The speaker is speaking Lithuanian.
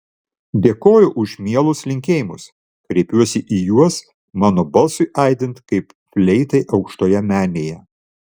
dėkoju už mielus linkėjimus kreipiuosi į juos mano balsui aidint kaip fleitai aukštoje menėje